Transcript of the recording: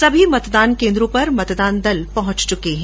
सभी मतदान केन्द्रों पर मतदान दल पहुंच चुके हैं